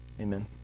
Amen